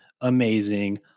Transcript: amazing